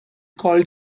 called